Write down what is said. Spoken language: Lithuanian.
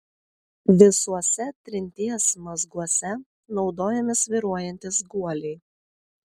visuose trinties mazguose naudojami svyruojantys guoliai